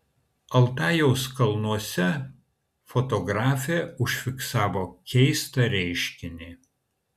altajaus kalnuose fotografė užfiksavo keistą reiškinį